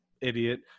idiot